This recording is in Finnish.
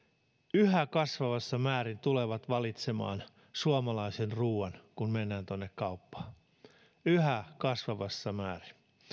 yhä kasvavassa määrin tulevat valitsemaan suomalaisen ruuan kun mennään tuonne kauppaan yhä kasvavassa määrin